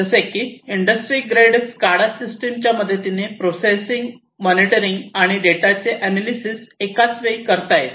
जसे की industry grade SCADA सिस्टमच्या मदतीने प्रोसेसिंग मॉनिटरिंग आणि डेटाचे अनालिसेस एकाच वेळी करता येते